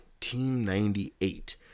1998